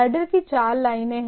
header की चार लाइनें हैं